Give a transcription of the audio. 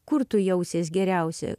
kur tu jausies geriausia